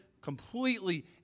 completely